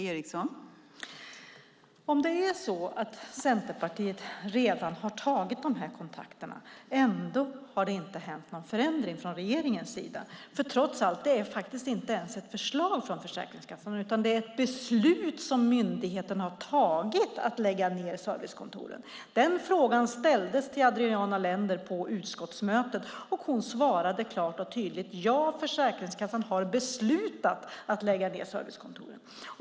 Fru talman! Centerpartiet har kanske redan tagit dessa kontakter, men det har ändå inte skett någon förändring från regeringens sida. Det är nämligen, trots allt, inte ens ett förslag från Försäkringskassan utan ett beslut att lägga ned servicekontoren som myndigheten har tagit. Frågan ställdes till Adriana Lender på utskottsmötet, och hon svarade klart och tydligt: Ja, Försäkringskassan har beslutat att lägga ned servicekontor.